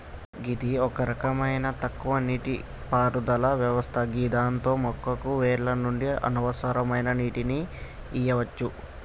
గిది ఒక రకమైన తక్కువ నీటిపారుదల వ్యవస్థ గిదాంతో మొక్కకు వేర్ల నుండి అవసరమయ్యే నీటిని ఇయ్యవచ్చు